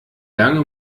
lange